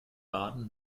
baden